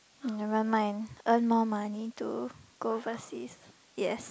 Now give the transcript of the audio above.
never mind earn more money to go overseas yes